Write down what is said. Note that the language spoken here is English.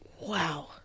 wow